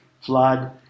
flood